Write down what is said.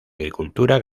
agricultura